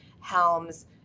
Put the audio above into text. Helms